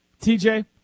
TJ